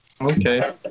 Okay